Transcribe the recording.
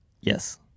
Yes